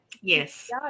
Yes